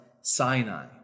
Sinai